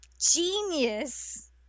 genius